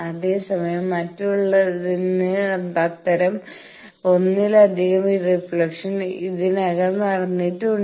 അതേസമയം മറ്റുള്ളതിന് അത്തരം ഒന്നിലധികം റിഫ്ലക്ഷൻ ഇതിനകം നടന്നിട്ടുണ്ട്